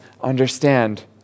understand